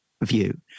view